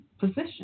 position